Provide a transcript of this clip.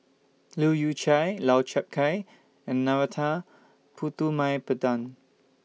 Leu Yew Chye Lau Chiap Khai and Narana Putumaippittan